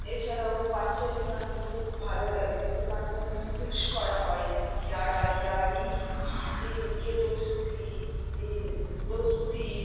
এছাড়াও পাঞ্জাবি গানগুলি খুব ভালো লাগে যেগুলি পাঞ্জাবি রিমিক্স করা হয় যেমন ইয়ারা ইয়ারি এই ইয়ে দোস্তি দোস্তি